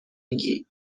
میگی